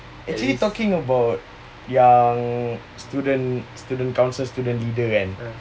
actually talking about yang student student council student leader and